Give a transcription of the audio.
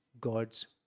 God's